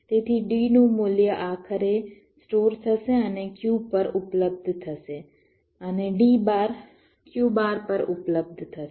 તેથી D નું મૂલ્ય આખરે સ્ટોર થશે અને Q પર ઉપલબ્ધ થશે અને D બાર Q બાર પર ઉપલબ્ધ થશે